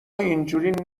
اینجوری